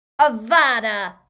Avada